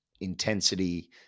intensity